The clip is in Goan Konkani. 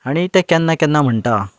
आनी ते केन्नां केन्नां म्हणटात